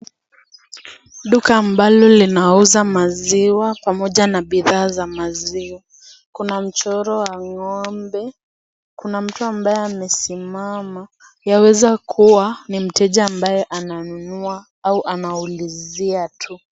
Duka ambalo linauza maziwa pamoja na bidhaa za maziwa. Kuna mchoro wa ng'ombe. Kuna mtu ambaye amesimama, yaweza kuwa, ni mteja ambaye ananunua au anaulizia tu.